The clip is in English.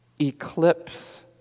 eclipse